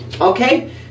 okay